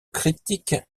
critique